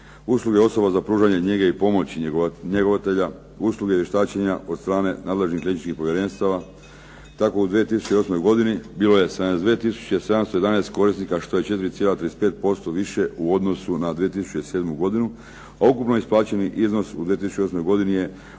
usluge osoba za pružanje njege i pomoći njegovatelja, usluge vještačenje od strane nadležnih …/Govornik se ne razumije./… povjerenstava. Tako u 2008. godini bilo je 72 tisuće 711 korisnika što je 4,35% više u odnosu na 2007. godinu a ukupno isplaćeni iznos u 2008. godini je